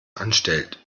anstellt